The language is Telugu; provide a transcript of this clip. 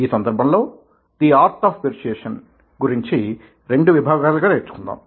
ఈ సందర్భంలో ది ఆర్ట్ ఆఫ్ పెర్సుయేసన్ గురించి రెండు విభాగాలుగా నేర్చుకుందాం